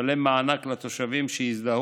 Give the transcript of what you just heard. לשלם מענק לתושבים שיזדהו